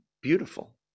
beautiful